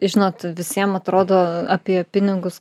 žinot visiem atrodo apie pinigus